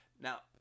Now